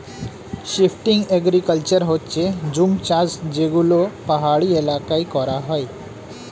shifting agriculture হচ্ছে জুম চাষ যেগুলো পাহাড়ি এলাকায় করা হয়